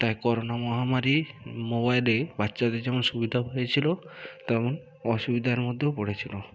তাই করোনা মহামারী মোবাইলে বাচ্চাদের যেমন সুবিধাও হয়েছিল তেমন অসুবিধার মধ্যেও পড়েছিল